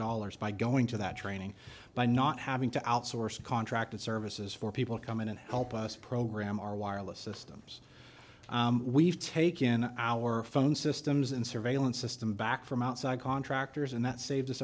dollars by going to that training by not having to outsource a contracted services for people to come in and help us program our wireless systems we've taken our phone systems and surveillance system back from outside contractors and that saved us